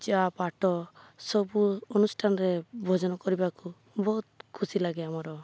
ଚା ପାଠ ସବୁ ଅନୁଷ୍ଠାନରେ ଭୋଜନ କରିବାକୁ ବହୁତ ଖୁସି ଲାଗେ ଆମର